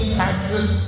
taxes